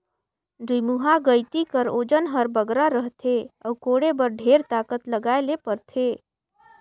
दुईमुहा गइती कर ओजन हर बगरा रहथे अउ कोड़े बर ढेर ताकत लगाए ले परथे